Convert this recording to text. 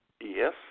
Yes